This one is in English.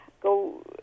go